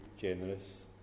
generous